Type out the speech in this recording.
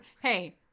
hey